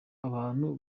abantu